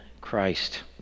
Christ